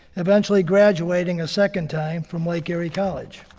eventually graduating a second time from lake erie college.